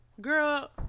Girl